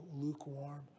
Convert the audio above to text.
lukewarm